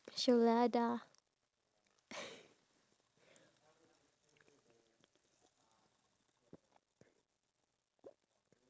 I think they role playing as cowboys one says I'm gonna shoot you cowboy and the other one has his hands up as though he is